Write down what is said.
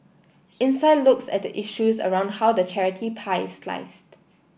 insight looks at the issues around how the charity pie is sliced